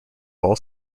all